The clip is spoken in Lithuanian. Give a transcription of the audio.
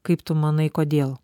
kaip tu manai kodėl